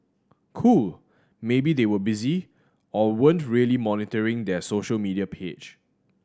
cool maybe they were busy or weren't really monitoring their social media page